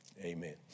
amen